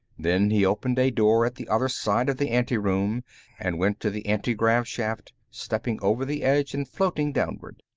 then he opened a door at the other side of the anteroom and went to the antigrav shaft, stepping over the edge and floating downward.